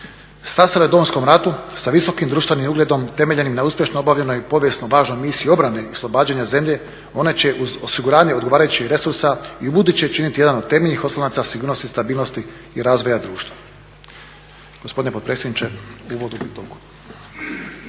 i društva. … ratu sa visokim društvenim ugledom temeljenim na uspješno obavljenoj povijesno važnoj misiji obrane i oslobađanja zemlje, ona će uz osiguranje odgovarajućih resursa i ubuduće činiti jedan od temeljnih oslonaca sigurnosti i stabilnosti i razvoja društva.